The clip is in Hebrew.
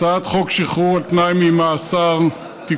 הצעת חוק שחרור על תנאי ממאסר (תיקון,